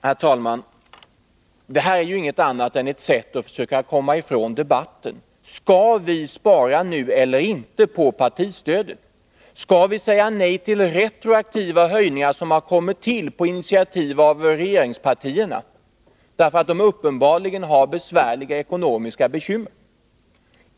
Herr talman! Detta är ingenting annat än ett sätt att försöka komma ifrån debatten. Skall vi spara på partistödet nu eller skall vi inte göra det? Skall vi säga nej till retroaktiva höjningar som har kommit till på initiativ av regeringspartierna därför att de uppenbarligen har ekonomiska bekymmer?